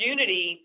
Unity